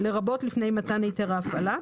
לרבות לפני מתן היתר ההפעלה,